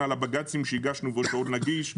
על העתירות לבג"ץ שהגשנו ושעוד נגיש.